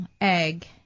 egg